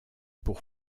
pour